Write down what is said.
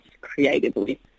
creatively